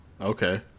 Okay